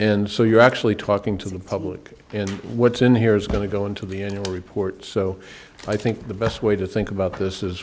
and so you're actually talking to the public what's in here is going to go into the annual report so i think the best way to think about this is